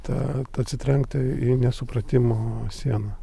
ta atsitrenkt į nesupratimo sieną